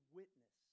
witness